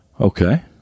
okay